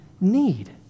need